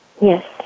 Yes